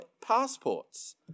passports